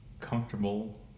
comfortable